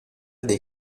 dei